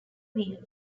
wheels